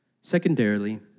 Secondarily